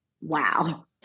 Wow